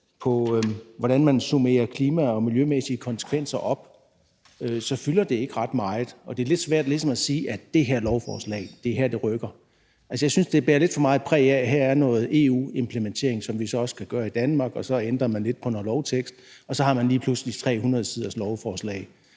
på, hvordan man summerer de klimamæssige og miljømæssige konsekvenser op, fylder det ikke ret meget, og det er lidt svært at sige, at det her lovforslag virkelig rykker. Jeg synes, at det bærer lidt for meget præg af, at her er noget EU-implementering, som vi så skal gennemføre i Danmark, og så ændrer man lidt på noget lovtekst, og så har man lige pludselig et lovforslag